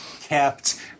kept